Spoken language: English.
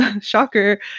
shocker